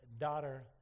daughter